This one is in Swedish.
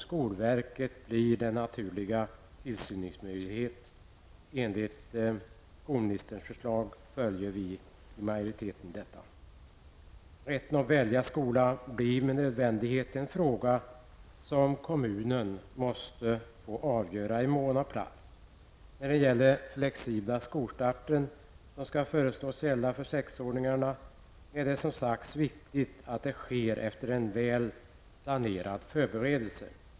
Skolverket blir enligt skolministerns förslag den naturliga tillsynsmyndigheten, och utskottsmajoriteten följer detta. Rätten att välja skola blir med nödvändighet en fråga som kommunen måste få avgöra i mån av plats. Den flexibla skolstarten föreslås gälla för sexåringarna, och det är som sagt viktigt att skolstarten sker efter en väl planerad förberedelse.